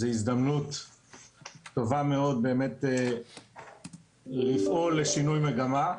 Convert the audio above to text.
זה הזדמנות טובה מאוד באמת לפעול לשינוי מגמה.